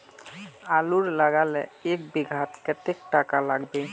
आलूर लगाले एक बिघात कतेक टका लागबे?